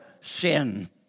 sin